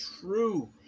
true